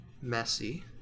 messy